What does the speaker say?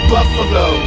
Buffalo